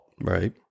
right